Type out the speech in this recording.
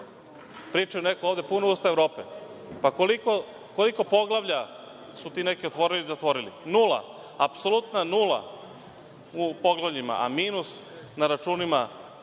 neko ovde, puna im usta Evrope, pa koliko poglavlja su ti neki otvorili i zatvorili. Nula, apsolutna nula u poglavljivama, a minus na računima